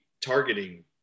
targeting